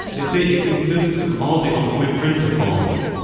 they say it consists of all the ultimate principles.